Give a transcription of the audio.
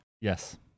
Yes